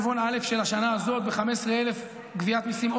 את ריבעון א' של השנה הזאת ב-15,000 גביית מיסים,